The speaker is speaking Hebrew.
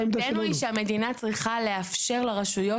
עמדתנו היא שהמדינה צריכה לאפשר לרשויות